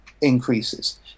increases